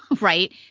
right